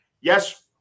yes